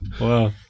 Wow